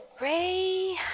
Ray